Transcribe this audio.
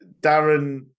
Darren